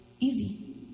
Easy